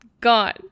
Gone